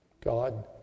God